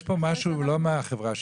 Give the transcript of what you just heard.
יש פה משהו לא מהחברה שלך,